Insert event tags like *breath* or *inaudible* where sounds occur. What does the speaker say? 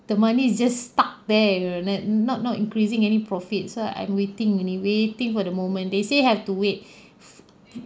the money is just stucked there and then not not increasing any profit so I'm waiting only waiting for the moment they say you have to wait *breath* f~